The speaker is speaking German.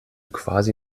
quasi